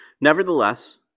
Nevertheless